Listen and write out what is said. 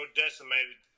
decimated